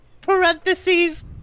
parentheses